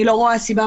אני לא רואה סיבה,